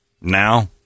now